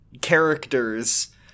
characters